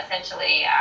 essentially